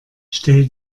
stell